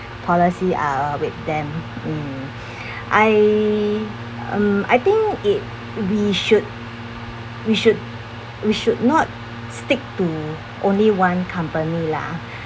policy are with them mm I um I think it we should we should we should not stick to only one company lah